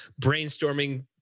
brainstorming